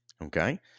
okay